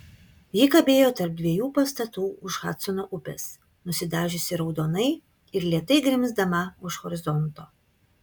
ji kabėjo tarp dviejų pastatų už hadsono upės nusidažiusi raudonai ir lėtai grimzdama už horizonto